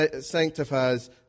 sanctifies